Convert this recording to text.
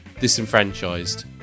disenfranchised